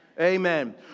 Amen